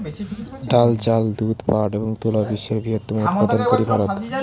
ডাল, চাল, দুধ, পাট এবং তুলা বিশ্বের বৃহত্তম উৎপাদনকারী ভারত